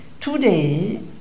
today